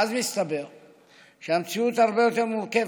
ואז מסתבר שהמציאות הרבה יותר מורכבת.